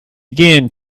again